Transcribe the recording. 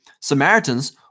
Samaritans